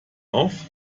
auf